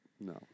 no